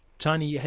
tony, yeah